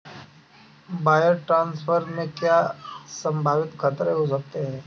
Wire transfer में क्या क्या संभावित खतरे हो सकते हैं?